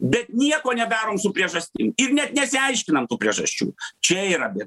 bet nieko nedarom su priežastim ir net nesiaiškinam tų priežasčių čia yra bėda